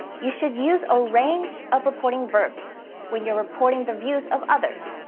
you should use a range of reporting verbs when you are reporting the views of others,